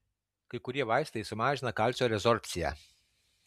kai kurie vaistai sumažina kalcio rezorbciją